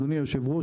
אדוני היושב-ראש,